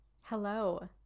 Hello